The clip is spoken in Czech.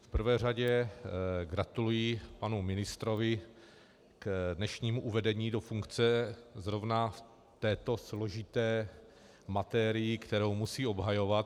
V prvé řadě gratuluji panu ministrovi k dnešnímu uvedení do funkce, zrovna v této složité materii, kterou musí obhajovat.